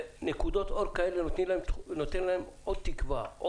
ונקודות אור כאלה נותנות להם עוד תקווה.